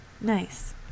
Nice